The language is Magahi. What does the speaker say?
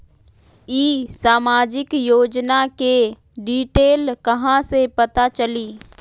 ई सामाजिक योजना के डिटेल कहा से पता चली?